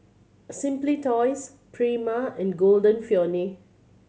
Simply Toys Prima and Golden Peony